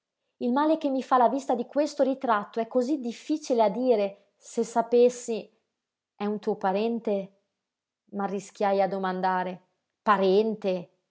il male che mi fa la vista di questo ritratto è cosí difficile a dire se sapessi è un tuo parente m'arrischiai a domandare parente